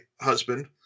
husband